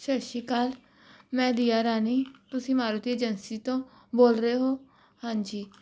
ਸਤਿ ਸ਼੍ਰੀ ਅਕਾਲ ਮੈਂ ਦੀਆ ਰਾਣੀ ਤੁਸੀਂ ਮਾਰੂਤੀ ਏਜੰਸੀ ਤੋਂ ਬੋਲ ਰਹੇ ਹੋ ਹਾਂਜੀ